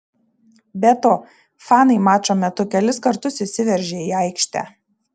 be to fanai mačo metu kelis kartus įsiveržė į aikštę